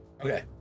Okay